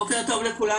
בוקר טוב לכולם.